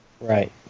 right